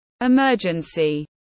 Emergency